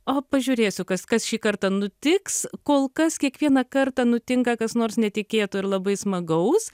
o pažiūrėsiu kas kas šį kartą nutiks kol kas kiekvieną kartą nutinka kas nors netikėto ir labai smagaus